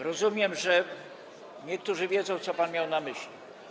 Rozumiem, że niektórzy wiedzą, co pan miał na myśli.